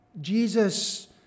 Jesus